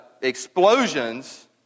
explosions